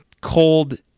cold